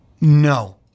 No